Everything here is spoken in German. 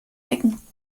decken